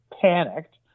panicked